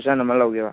dozen ꯑꯃ ꯂꯧꯒꯦꯕ